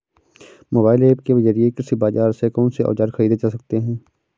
Mobile app के जरिए कृषि बाजार से कौन से औजार ख़रीदे जा सकते हैं?